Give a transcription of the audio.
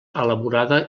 elaborada